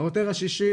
העותר השישי,